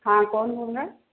हाँ कौन बोल रहा है